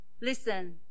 Listen